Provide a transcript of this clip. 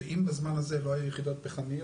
שאם בזמן הזה לא היו יחידות פחמיות,